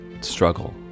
struggle